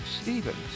Stevens